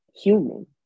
human